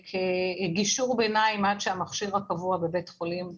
כגישור בינתיים עד שהמכשיר הקבוע בבית החולים יושם.